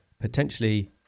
potentially